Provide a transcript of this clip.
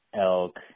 elk